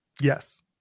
yes